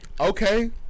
Okay